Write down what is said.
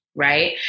right